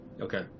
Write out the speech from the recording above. Okay